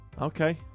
Okay